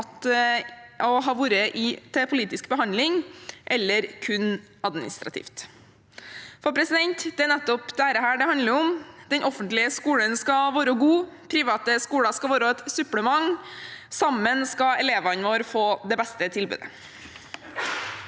har vært behandlet politisk eller kun administrativt. Det er nettopp dette det handler om: Den offentlige skolen skal være god, private skoler skal være et supplement. Til sammen skal elevene våre få det beste tilbudet.